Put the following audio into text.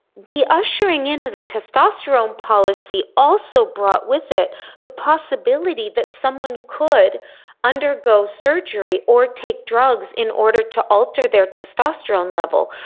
the ushering in of the testosterone policy also brought with it the possibility that someone could undergo surgery or take drugs in order to alter their testosterone level.